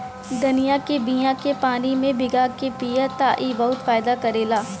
धनिया के बिया के पानी में भीगा के पिय त ई बहुते फायदा करेला